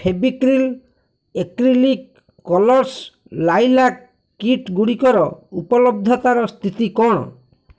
Fevicryl acrylic colours lilac kit ଗୁଡ଼ିକର ଉପଲବ୍ଧତାର ସ୍ଥିତି କ'ଣ